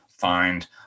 find